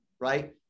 right